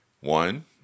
One